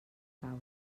causa